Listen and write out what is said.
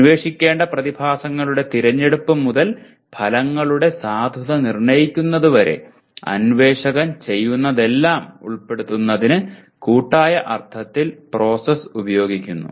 അന്വേഷിക്കേണ്ട പ്രതിഭാസങ്ങളുടെ തിരഞ്ഞെടുപ്പ് മുതൽ ഫലങ്ങളുടെ സാധുത നിർണ്ണയിക്കുന്നതുവരെ അന്വേഷകൻ ചെയ്യുന്നതെല്ലാം ഉൾപ്പെടുത്തുന്നതിന് കൂട്ടായ അർത്ഥത്തിൽ പ്രോസസ്സ് ഉപയോഗിക്കുന്നു